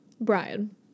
Brian